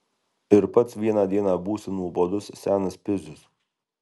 ir pats vieną dieną būsi nuobodus senas pizius